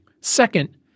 Second